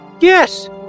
Yes